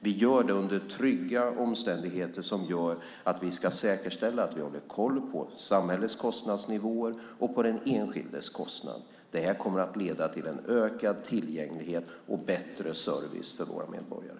Vi gör det under trygga omständigheter som gör att vi säkerställer att vi håller koll på samhällets kostnadsnivåer och på den enskildes kostnad. Det kommer att leda till ökad tillgänglighet och bättre service för våra medborgare.